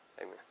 amen